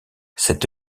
cette